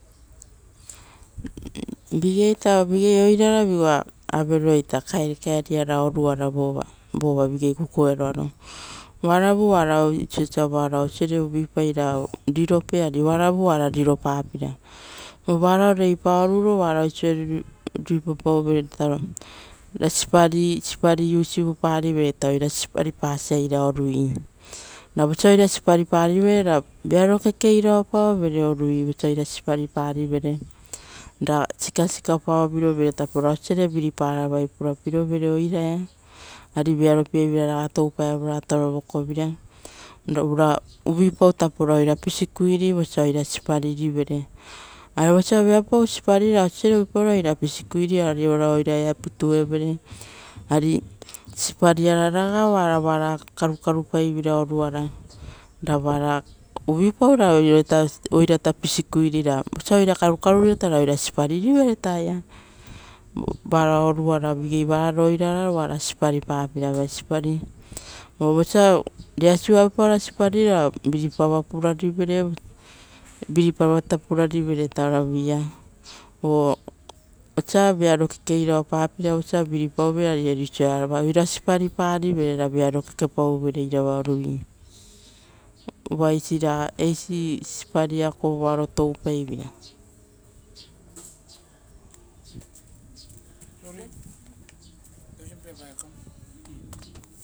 Vigei oirara vigoa ita kainkain vatakopa ra oruara, vova vigei kukuearo, oara vu oara oisia uvuipai ra, riropape. Ari oara vu varao oara riro papeira, oara avepa ruipappeira sipari, usipari vere oira sipari pasa. Ra vosa oira siparipari, ra vearo kekeirao pao, vere, ra sikasika paoviro vere, ra viapau kukupi aravai purapapiro vere, oiaraia. Ari vearo pieviraraga toupaevere torevokovira. uvuipau ra oira pisikui rivere vosa oira sipari ririvere, ari vosa viapau sipari esia uvuipai ra oira pisikuipari, ari ora oiraia pituevere, ari sipariraga nara karukaru pai vei ra, ra uvuipau ra oira pisikuiri vereita, ra vosa oira karukaru rivere ra oira siparirivereita. Varao oruara vigei vararo oara siparipa pe aveia sipari ara, vosa reasili avepa sipari ra viripato pura rivere ora via, osa vearo kekei rao pa peira osa oira viriparivere. Ari vosa oira siparipari vere ra vearo kekepau vere, eira va orui, uva eisi sipari kovoaro toupai veira.